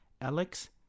Alex